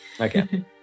Okay